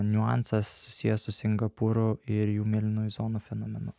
niuansas susijęs su singapūru ir jų mėlynųjų zonų fenomenu